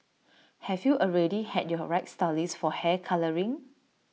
have you already had your right stylist for hair colouring